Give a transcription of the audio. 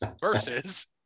versus